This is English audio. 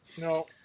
No